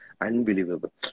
unbelievable